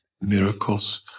miracles